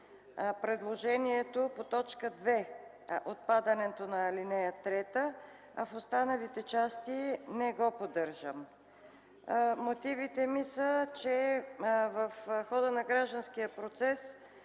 предложението по т. 2 – отпадането на ал. 3, а в останалите части не го поддържам. Мотивите ми са, че в хода на гражданския процес